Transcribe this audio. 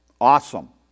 awesome